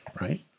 right